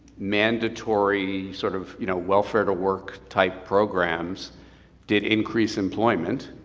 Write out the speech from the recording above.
mandatory sort of you know welfare to work type programs did increase employment,